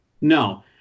No